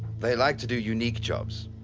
they like to do unique jobs.